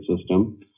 system